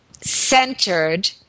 centered